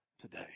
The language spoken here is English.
today